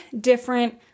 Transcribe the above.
different